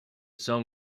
song